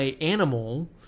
animal